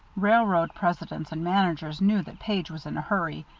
railroad presidents and managers knew that page was in a hurry,